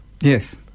Yes